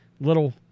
Little